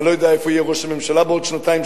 אני לא יודע איפה יהיה ראש הממשלה בעוד שנתיים-שלוש,